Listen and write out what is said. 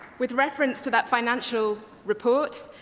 with reference to that financial report,